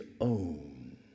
own